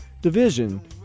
division